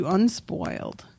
Unspoiled